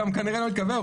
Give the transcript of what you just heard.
וגם כנראה לא מתכוון.